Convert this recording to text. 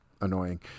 annoying